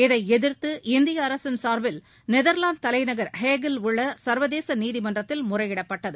இதைஎதிர்த்து இந்தியஅரசின் சார்பில் நெதர்லாந்துதலைநகர் ஹேக்கில் உள்ளச்வதேசநீதிமன்றத்தில் முறையிடப்பட்டது